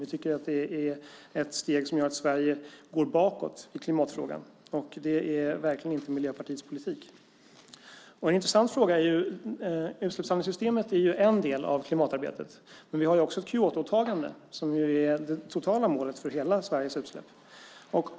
Vi tycker att det är ett steg som gör att Sverige går bakåt i klimatfrågan. Det är verkligen inte Miljöpartiets politik. En intressant fråga gäller utsläppshandelssystemet som ju är en del av klimatarbetet. Men vi har också ett Kyotoåtagande som är det totala målet för hela Sveriges utsläpp.